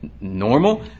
normal